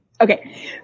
Okay